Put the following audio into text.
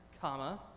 comma